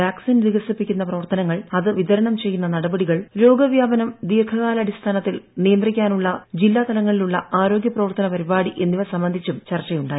vaccine വികസിപ്പിക്കുന്ന പ്രവർത്തനങ്ങൾ അത് വിതരണം ചെയ്യുന്ന നടപടികൾ രോഗവ്യാപനം ദീർഘകാലാടിസ്ഥാനത്തിൽ നിയന്ത്രിക്കാനുള്ള ജില്ലാ തലങ്ങളിലുള്ള ആരോഗൃ പ്രവർത്തന പരിപാടി എന്നിവ സംബന്ധിച്ചും ചർച്ചയുണ്ടായി